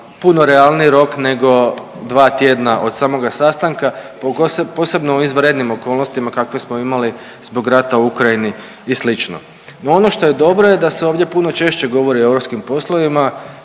puno realniji rok nego dva tjedna od samoga sastanka, posebno u izvanrednim okolnostima kakve smo imali zbog rata u Ukrajini i slično. No ono što je dobro je da se ovdje puno češće govori o europskim poslovima,